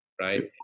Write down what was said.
right